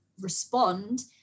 respond